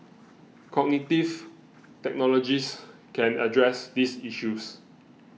cognitive technologies can address these issues